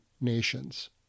nations